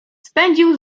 spędził